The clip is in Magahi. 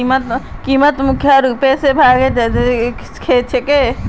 कीमतक मुख्य रूप स दी भागत बटवा स ख छ